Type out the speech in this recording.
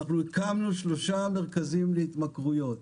הקמנו שלושה מרכזים להתמכרויות.